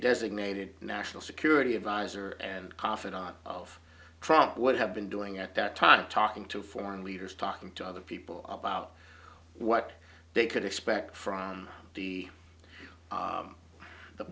designated national security adviser and confidant of trump would have been doing at that time talking to foreign leaders talking to other people about what they could expect from the